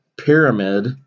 pyramid